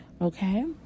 okay